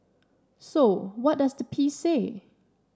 so what does the piece say